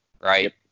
Right